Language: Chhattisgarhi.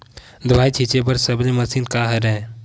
दवाई छिंचे बर सबले मशीन का हरे?